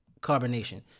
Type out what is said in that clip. carbonation